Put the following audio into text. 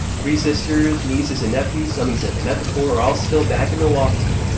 three sisters, nieces and nephews some he's never met before are all still back in milwaukee.